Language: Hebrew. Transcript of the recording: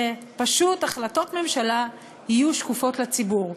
שפשוט החלטות ממשלה יהיו שקופות לציבור.